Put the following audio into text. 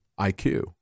IQ